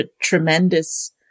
tremendous